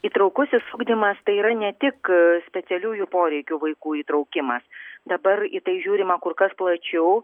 įtraukusis ugdymas tai yra ne tik specialiųjų poreikių vaikų įtraukimas dabar į tai žiūrima kur kas plačiau